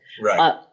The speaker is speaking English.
right